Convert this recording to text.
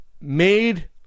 made